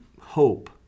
hope